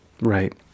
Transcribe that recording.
Right